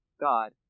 God